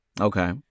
Okay